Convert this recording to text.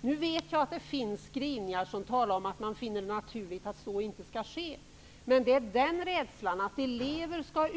Jag vet att det finns skrivningar där det sägs att man finner det naturligt att så inte skall ske. Men vi är rädda för att elever skall